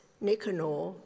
Nicanor